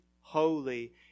holy